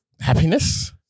Happiness